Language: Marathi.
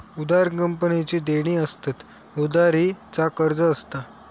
उधार कंपनीची देणी असतत, उधारी चा कर्ज असता